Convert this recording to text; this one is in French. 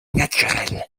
naturelle